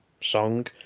song